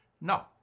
No